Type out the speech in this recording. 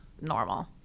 normal